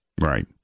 Right